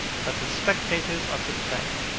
but the spectators of the play.